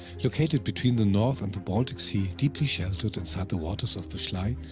located between the north and the baltic sea, deeply sheltered inside the waters of the schlei,